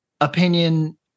opinion